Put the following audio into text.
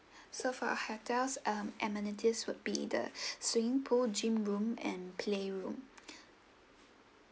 so for our hotel's um amenities would be the swimming pool gym room and play room